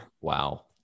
Wow